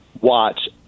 watch